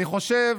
אני חושב